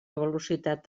velocitat